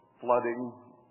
flooding